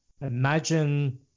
imagine